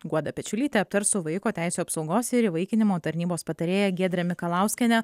guoda pečiulytė aptars su vaiko teisių apsaugos ir įvaikinimo tarnybos patarėja giedre mikalauskiene